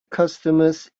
customers